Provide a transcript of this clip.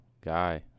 guy